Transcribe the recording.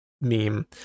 meme